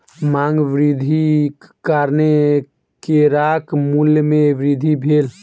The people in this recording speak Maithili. मांग वृद्धिक कारणेँ केराक मूल्य में वृद्धि भेल